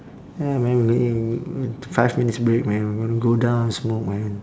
ya man m~ five minutes break man wanna go down smoke man